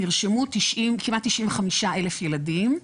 נרשמו כמעט 95,000 ילדים.